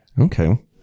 Okay